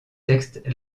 textes